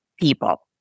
people